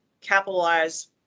capitalize